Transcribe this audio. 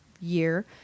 year